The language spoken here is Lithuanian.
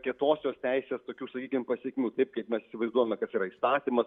kietosios teisės tokių sakykim pasekmių taip kaip mes įsivaizduojame kas yra įsakymas